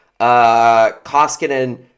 Koskinen